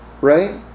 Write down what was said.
right